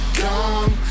gone